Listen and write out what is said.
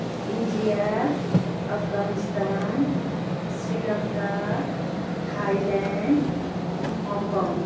India Afghanistan Sri Lanka Thailand Hong Kong